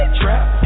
trap